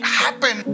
happen